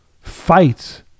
fights